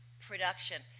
production